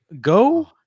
go